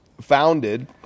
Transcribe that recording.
founded